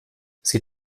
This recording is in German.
sie